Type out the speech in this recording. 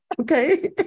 Okay